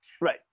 Right